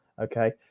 okay